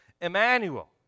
Emmanuel